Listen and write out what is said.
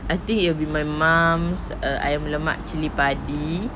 I think it'll be my mum's err ayam lemak cili padi